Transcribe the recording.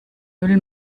müll